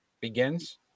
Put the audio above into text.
begins